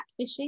catfishing